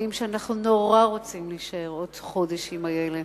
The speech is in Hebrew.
יודעים שאנחנו נורא רוצים להישאר עוד חודש עם הילד,